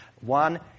One